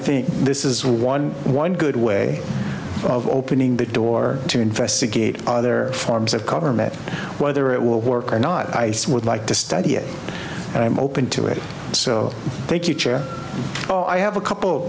think this is one one good way of opening the door to investigate other forms of government whether it will work or not i would like to study it and i'm open to it so thank you all i have a couple